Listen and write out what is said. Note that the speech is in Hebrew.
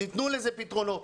תנו לזה פתרונות